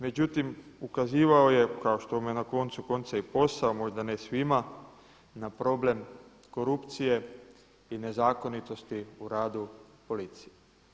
Međutim, ukazivao je kao što mu je na koncu konca i posao, možda ne svima na problem korupcije i nezakonitosti u radu policije.